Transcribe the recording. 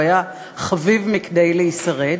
הוא היה חביב מכדי להישרד,